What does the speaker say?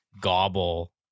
gobble